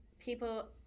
people